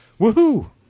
woohoo